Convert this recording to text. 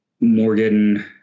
Morgan